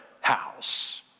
house